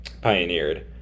pioneered